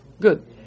Good